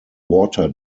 water